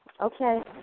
Okay